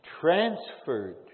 transferred